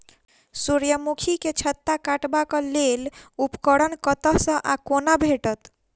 सूर्यमुखी केँ छत्ता काटबाक लेल उपकरण कतह सऽ आ कोना भेटत?